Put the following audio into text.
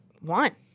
one